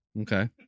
Okay